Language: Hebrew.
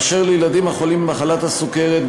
אשר לילדים החולים במחלת הסוכרת,